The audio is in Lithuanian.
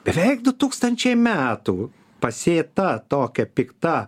beveik du tūkstančiai metų pasėta tokia pikta